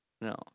No